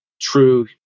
true